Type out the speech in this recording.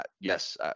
yes